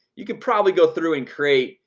you could probably go through and create,